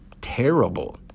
terrible